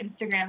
Instagram